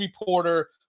reporter